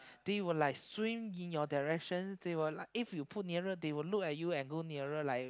they will like swim in your direction they will like if you put nearer they will look at you and go nearer like